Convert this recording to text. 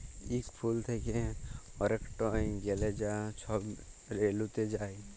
ইক ফুল থ্যাকে আরেকটয় গ্যালে যা ছব রেলুতে যায়